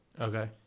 Okay